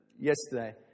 yesterday